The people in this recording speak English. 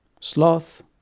Sloth